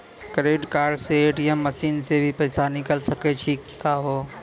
Credit card से ATM machine से भी पैसा निकल सकै छि का हो?